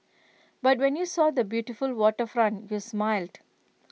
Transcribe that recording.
but when you saw the beautiful waterfront you smiled